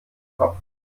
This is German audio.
kopf